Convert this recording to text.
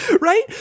Right